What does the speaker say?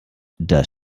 das